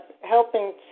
helping